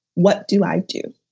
what do i do?